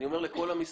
למשרד המשפטים,